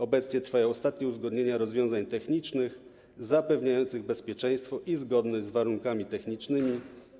Obecnie trwają ostatnie uzgodnienia rozwiązań technicznych zapewniających bezpieczeństwo i zgodność z warunkami technicznymi.